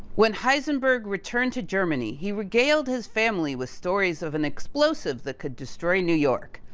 when heisenberg returned to germany, he regaled his family with stories of an explosive that could destroy new york.